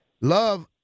love